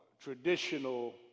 traditional